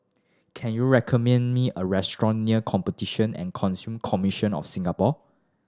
can you recommend me a restaurant near Competition and Consumer Commission of Singapore